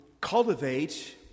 cultivate